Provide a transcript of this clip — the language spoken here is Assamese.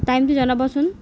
টাইমটো জনাবচোন